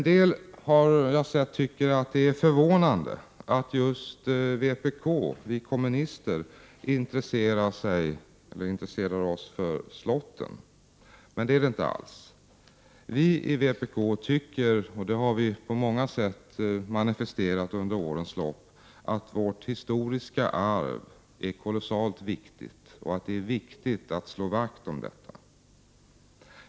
Jag har sett att en del tycker att det är förvånande att just vi kommunister intresserar oss för slotten, men det är det inte alls. Vi i vpk tycker — det har vi på många sätt manifesterat under årens lopp — att det historiska arvet är kolossalt värdefullt och att det är viktigt att slå vakt om detta.